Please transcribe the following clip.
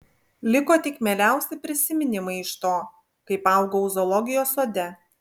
liko tik mieliausi prisiminimai iš to kaip augau zoologijos sode